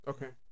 Okay